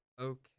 Okay